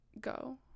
go